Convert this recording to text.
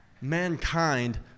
Mankind